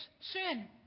sin